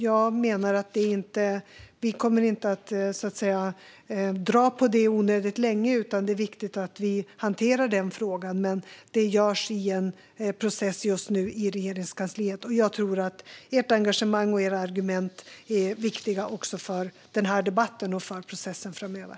Jag menar dock att vi inte kommer att dra på det onödigt länge, utan det är viktigt att vi hanterar frågan. Men det görs just nu i en process i Regeringskansliet, och jag tror att ert engagemang och era argument är viktiga också för den här debatten och för processen framöver.